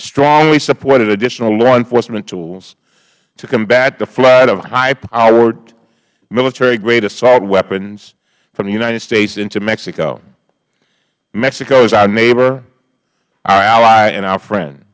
strongly supported additional law enforcement tools to combat the flood of highpowered military grade assault weapons from the united states into mexico mexico is our neighbor our ally and our friend